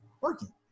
working